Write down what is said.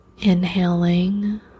inhaling